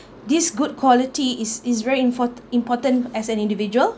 this good quality is is very import~ important as an individual